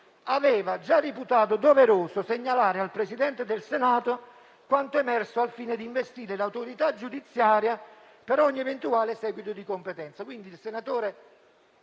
aveva già reputato doveroso segnalare al Presidente del Senato quanto emerso al fine di investire l'autorità giudiziaria per ogni eventuale seguito di competenza; al termine